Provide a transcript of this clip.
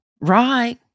Right